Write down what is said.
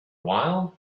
while